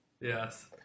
Yes